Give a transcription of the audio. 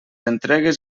entregues